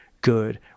good